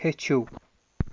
ہیٚچھِو